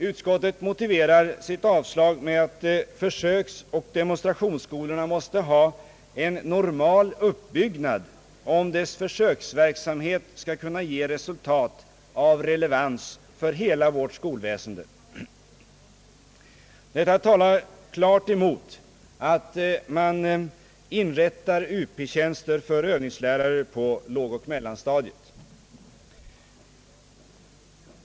Utskottet motiverar sitt avslag med att försöksoch demonstrationsskolorna måste ha en normal uppbyggnad om deras försöksverksamhet skall kunna ge resultat av relevans för hela vårt skolväsende. Detta talar klart emot att man inrättar Up-tjänster för Övningslärare på lågoch mellanstadiet.